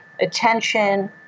attention